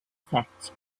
effects